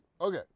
Okay